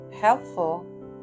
helpful